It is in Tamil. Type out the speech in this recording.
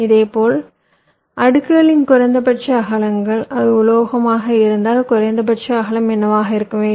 இதேபோல் அடுக்குகளின் குறைந்தபட்ச அகலங்கள் அது உலோகமாக இருந்தால் குறைந்தபட்ச அகலம் என்னவாக இருக்க வேண்டும்